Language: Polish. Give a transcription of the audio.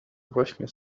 właśnie